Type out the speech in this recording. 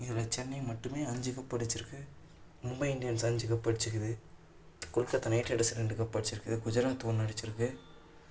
இதில் சென்னை மட்டுமே அஞ்சு கப்பு அடிச்சுருக்கு மும்பை இண்டியன்ஸ் அஞ்சு கப்பு அடிச்சுருக்குது கொல்கத்தா நைட்ரேடேர்ஸ் ரெண்டு கப்பு அடிச்சுருக்குது குஜராத் ஒன்று அடிச்சுருக்கு